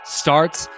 starts